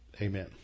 Amen